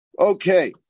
Okay